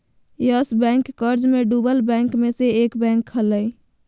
yes Bank कर्ज मे डूबल बैंक मे से एक बैंक हलय